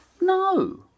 No